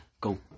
Go